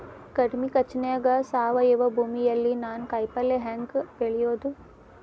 ಕಡಮಿ ಖರ್ಚನ್ಯಾಗ್ ಸಾವಯವ ಭೂಮಿಯಲ್ಲಿ ನಾನ್ ಕಾಯಿಪಲ್ಲೆ ಹೆಂಗ್ ಬೆಳಿಯೋದ್?